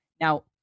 Now